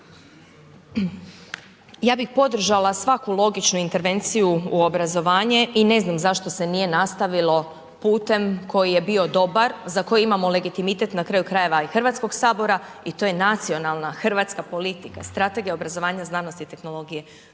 Ja bih podržala svaku logičnu intervenciju u obrazovanje i ne znam zašto se nije nastavilo putem koji je bio dobar, za koji imamo legitimitet, na kraju krajeva i HS i to je nacionalna hrvatska politika, strategija obrazovanja znanosti i tehnologije,